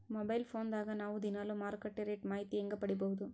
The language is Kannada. ಮೊಬೈಲ್ ಫೋನ್ ದಾಗ ನಾವು ದಿನಾಲು ಮಾರುಕಟ್ಟೆ ರೇಟ್ ಮಾಹಿತಿ ಹೆಂಗ ಪಡಿಬಹುದು?